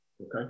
Okay